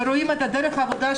רואים את דרך העבודה,